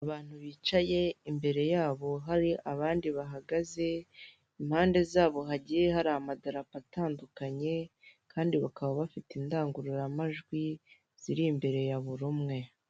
Abantu bicaye imbere yabo hari abandi bahagaze impande zabo hagiye hari amadarapa atandukanye kandi bakaba bafite indangururamajwi ziri imbere ya buri umwe.